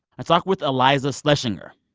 i talked with iliza shlesinger.